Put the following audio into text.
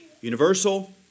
Universal